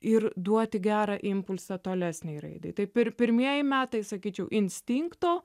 ir duoti gerą impulsą tolesnei raidai taip pir pirmieji metai sakyčiau instinkto